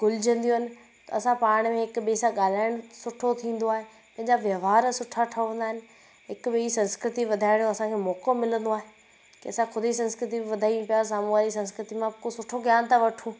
घुलजंदियूं आहिनि असां पाण में हिक ॿिए सां ॻाल्हाइणु सुठो थींदो आहे उन जा व्यवहार सुठा ठवंदा आहिनि हिक ॿिए जी संस्कृति वधाइण जो असांखे मौक़ो मिलंंदो आहे त असां ख़ुदि ई संस्कृति वधायूं पिया सामुहूं वारे जी संस्कृति मां को सुठो ज्ञान था वठूं